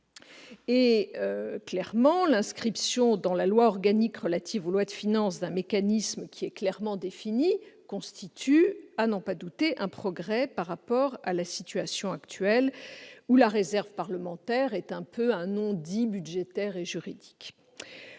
des lois. L'inscription dans la loi organique relative aux lois de finances d'un mécanisme clairement défini constitue, à n'en pas douter, un progrès par rapport à la situation actuelle de la réserve parlementaire, qui est un non-dit budgétaire et juridique.